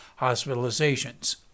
hospitalizations